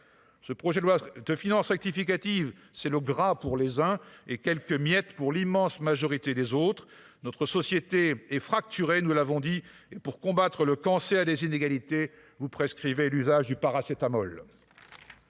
ce projet de loi de finances rectificative c'est le gras pour les uns, et quelques miettes pour l'immense majorité des autres, notre société est fracturé, nous l'avons dit et pour combattre le cancer des inégalités, vous prescrivez l'usage du paracétamol.